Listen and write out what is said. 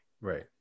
Right